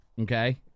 okay